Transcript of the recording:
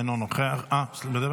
אינו נוכח, אה, אתה מדבר?